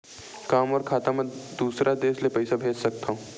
का मोर खाता म दूसरा देश ले पईसा भेज सकथव?